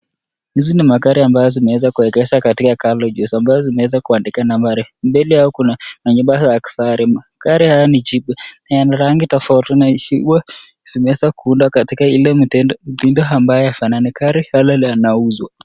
Hizi ni magari ambazo zimeweza kuegezwa katika gareji ambazo zimeweza kuandikwa nambari. Mbele yao kuna manyumba za kifahari. Magari haya ni jipya na yana rangi tofauti na zimeweza kuundwa katika ile mtindo ambayo haifanani. Gari hili linauzwa.